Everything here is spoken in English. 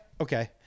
Okay